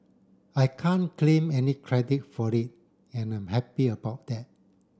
I can't claim any credit for it and I'm happy about that